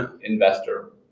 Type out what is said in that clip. investor